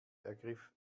ergriff